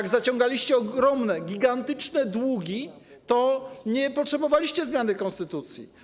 Gdy zaciągaliście ogromne, gigantyczne długi, to nie potrzebowaliście zmiany konstytucji.